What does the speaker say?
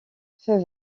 feu